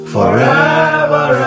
Forever